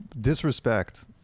disrespect